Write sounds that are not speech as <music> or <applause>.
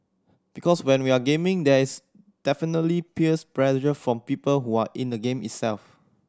because when we are gaming there is definitely peers <unintelligible> from people who are in the game itself